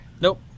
Nope